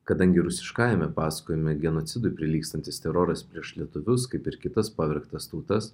kadangi rusiškajame pasakojime genocidui prilygstantis teroras prieš lietuvius kaip ir kitas pavergtas tautas